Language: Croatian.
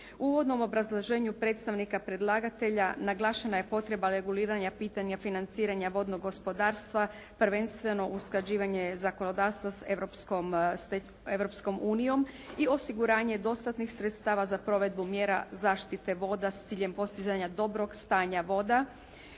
U uvodnom obrazloženju predstavnika predlagatelja naglašena je potreba reguliranja pitanja financiranja vodnog gospodarstva prvenstveno usklađivanje zakonodavstva sa Europskom unijom i osiguranje dostatnih sredstava za provedbu mjera zaštite voda s ciljem postizanja dobrog stanja voda